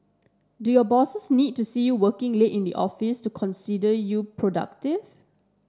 do your bosses need to see you working late in the office to consider you productive